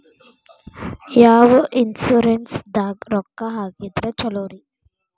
ಯಾವ ಇನ್ಶೂರೆನ್ಸ್ ದಾಗ ರೊಕ್ಕ ಹಾಕಿದ್ರ ಛಲೋರಿ?